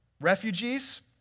Refugees